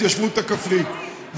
הוא קיים רק על ההתיישבות הכפרית.